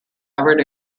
covered